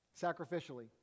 sacrificially